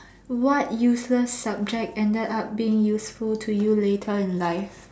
what useless subject ended up being useful to you later in life